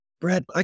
Brad